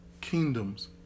kingdoms